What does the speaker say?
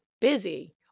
busy